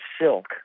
silk